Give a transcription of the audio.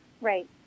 Right